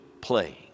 playing